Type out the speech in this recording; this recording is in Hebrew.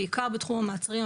בעיקר בתחום המעצרים,